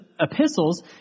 epistles